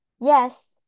yes